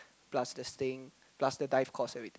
plus the staying plus the dive course everything